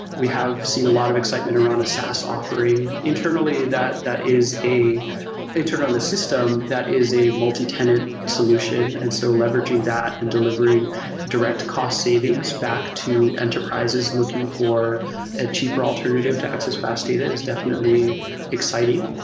we have seen a lot of excitement around a saas offering. internally, that that a a intern on the system that is a multi-tenant solution. and so leveraging that and delivering direct cost savings back to enterprises looking for a cheaper alternative to access fast data is definitely exciting.